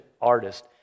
artist